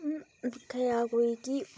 कुत्थै जा कोई कि